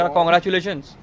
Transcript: Congratulations